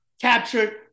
captured